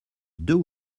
deux